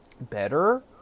better